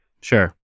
Sure